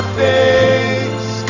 face